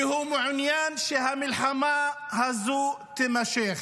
כי הוא מעוניין שהמלחמה הזו תימשך.